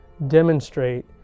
demonstrate